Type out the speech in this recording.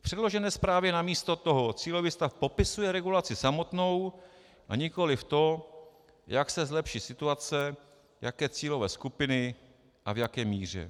V předložené zprávě namísto toho cílový stav popisuje regulaci samotnou, a nikoliv to, jak se zlepší situace, jaké cílové skupiny a v jaké míře.